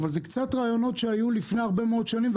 אבל הרעיונות האלה היו כבר לפני הרבה מאוד שנים,